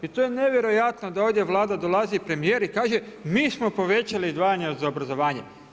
I to je nevjerojatno da ovdje Vlada dolazi i premijer i kaže mi smo povećali izdvajanja za obrazovanje.